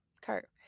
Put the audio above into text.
cart